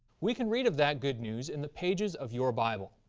we can read of that good news in the pages of your bible.